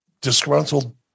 disgruntled